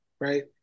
Right